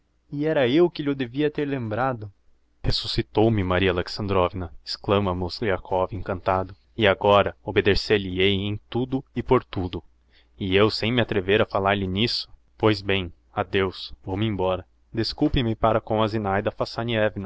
e era eu que lh'o devia ter lembrado resuscitou me maria alexandrovna exclama mozgliakov encantado e agora obedecer lhe hei em tudo e por tudo e eu sem me atrever a falar-lhe n'isso pois bem adeus vou-me embora desculpe-me para com a zinaida